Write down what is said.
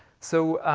so